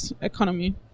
economy